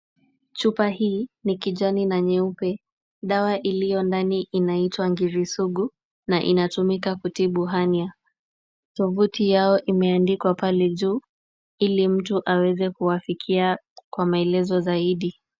Chupa hii ni kijani na nyeupe. Dawa iliyo ndani inaitwa Ngiri Sugu na inatumika kutibu Hernia. Tuvuti yao imeandikwa pale juu ili mtu aweze kuwafikia kwa maelezo zaidi.